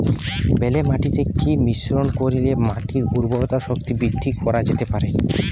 বেলে মাটিতে কি মিশ্রণ করিলে মাটির উর্বরতা শক্তি বৃদ্ধি করা যেতে পারে?